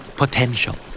potential